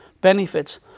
benefits